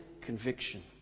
conviction